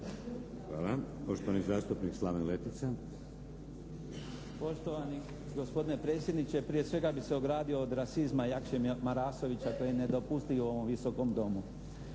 Hvala. Poštovani zastupnik Slaven Letica. **Letica, Slaven (Nezavisni)** Poštovani gospodine predsjedniče, prije svega bih se ogradio od rasizma Jakše Marasovića koji ne dopusti u ovom Visokom domu.